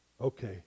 Okay